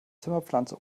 zimmerpflanze